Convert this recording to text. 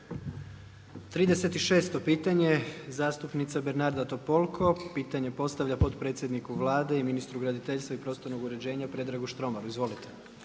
36. pitanje zastupnica Bernarda Topolko, pitanje postavlja potpredsjedniku Vlade i ministru graditeljstva i prostornog uređenja Predragu Štromaru. Izvolite.